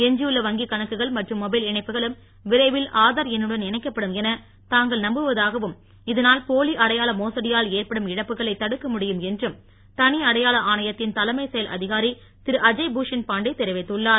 எஞ்சியுள்ள வங்கி கணக்குகள் மற்றும் மொபைல் இணைப்புகளும் விரைவில் ஆதார் எண்ணுடன் இணைக்கப்படும் என தாங்கள் நம்புவதாகவும் இதனால் போலி அடையாள மோசடியால் ஏற்படும் இழப்புகளை தடுக்க முடியும் என்றும் தனி அடையாள ஆணையத்தின் தலைமைச் செயல் அதிகாரி திருஅஜய் பூஷண் பாண்டே தெரிவித்துள்ளார்